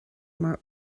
mar